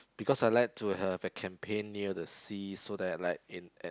because I like to have a campaign near the sea so that like in at